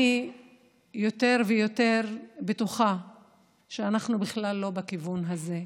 אני יותר ויותר בטוחה שאנחנו בכלל לא בכיוון הזה.